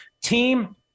team